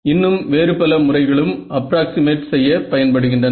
இன்னும் வேறு பல முறைகளும் அப்ராக்ஸிமேட் செய்ய பயன்படுகின்றன